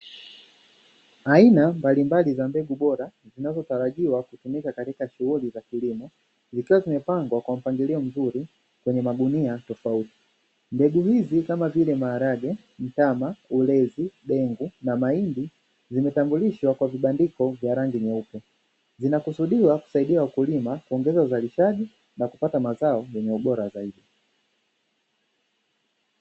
Aina mbalimbali za mbegu bora zinazotarajiwa kutumika katika shughuli za kilimo, zikiwa zimepangwa kwa mpangilio mzuri kwenye magunia tofauti. Mbegu hizi kama vile; maharage, mtama, ulezi, dengu na mahindi; zimetambulishwa kwa vibandiko vya rangi nyeupe. Zinakusudiwa kusaidia wakulima kuongeza uzalishaji na kupata mazao yenye ubora zaidi.